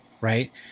right